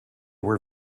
were